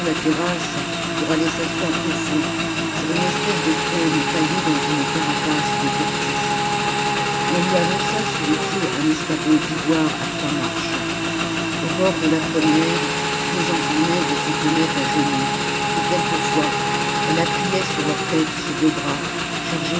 pour aller s'asseoir au fond sur une espèce de trône taillé dans une carapace de tortue on lui avança sous les pieds un escabeau d'ivoire à trois marches au bord de la première deux enfants nègres se tenaient à genoux et quelquefois elle appuyait sur leur tête ses deux bras